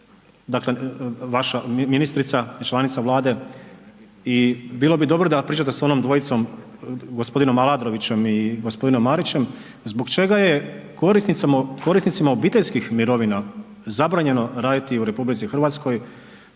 dakle vaša ministrica je članica Vlade i bilo bi dobro da pričate sa onom dvojicom gospodinom Aladrovićem i gospodinom Marićem, zbog čega je korisnicima obiteljskih mirovina zabranjeno raditi u RH na